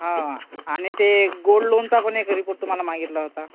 हा आणि ते गोल्ड लोनचा पण एक रिपोर्ट तुम्हाला मागितला होता